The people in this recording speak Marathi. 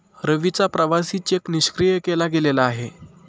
रवीचा प्रवासी चेक निष्क्रिय केला गेलेला आहे